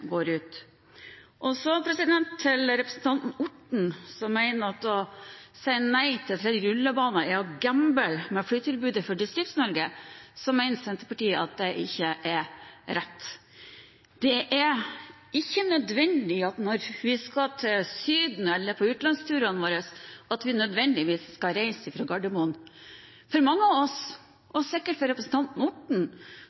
går ut. Til representanten Orten, som mener at det å si nei til en tredje rullebane er å gamble med flytilbudet for Distrikts-Norge: Det mener Senterpartiet at ikke er rett. Det er ikke nødvendig når vi skal til Syden eller på utenlandsturene våre, at vi skal reise fra Gardermoen. For mange av oss,